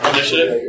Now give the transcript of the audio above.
Initiative